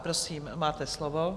Prosím, máte slovo.